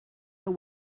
your